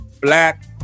black